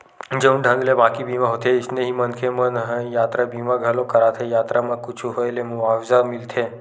जउन ढंग ले बाकी बीमा होथे अइसने ही मनखे मन ह यातरा बीमा घलोक कराथे यातरा म कुछु होय ले मुवाजा मिलथे